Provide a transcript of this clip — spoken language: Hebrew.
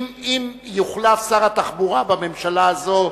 אם יוחלף שר התחבורה בממשלה הזאת,